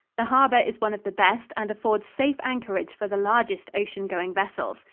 the harbor is one of the best and affords safe anchorage for the largest ocean-going vessels.